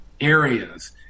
areas